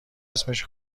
اسمش